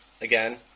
Again